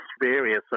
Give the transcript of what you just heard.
various